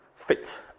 Fit